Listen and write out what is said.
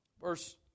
Verse